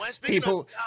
People